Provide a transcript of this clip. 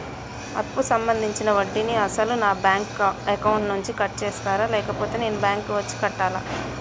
అప్పు సంబంధించిన వడ్డీని అసలు నా బ్యాంక్ అకౌంట్ నుంచి కట్ చేస్తారా లేకపోతే నేను బ్యాంకు వచ్చి కట్టాలా?